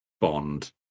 Bond